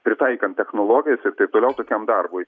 pritaikant technologijas ir taip toliau tokiam darbui